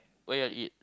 where you are eat